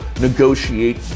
negotiate